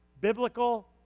biblical